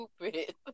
stupid